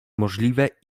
możliwe